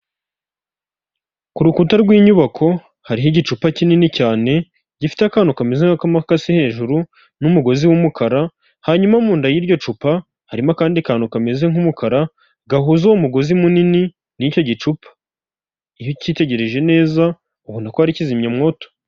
Kurukuta rw'inyubako hariho igicupa kinini cyane, gifite akantu kameze nk'akamakasi hejuru, n'umugozi w'umukara, hanyuma munda y'iryo cupa, harimo akandi kantu kameze nk'umukara, gahuza uwo mugozi munini nicyo gicupa, iyo ukitegereje neza ubona ko ari kizimyamwoto.